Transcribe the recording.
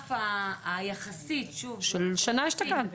מהרף היחסי --- של השנה אשתקד.